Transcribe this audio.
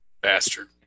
bastard